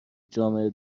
جامعه